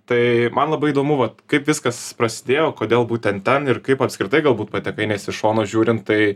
tai man labai įdomu vat kaip viskas prasidėjo kodėl būtent tem ir kaip apskritai galbūt patekai nes iš šono žiūrint tai